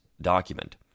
document